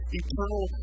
eternal